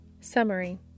Summary